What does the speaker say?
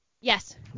Yes